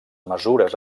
mesures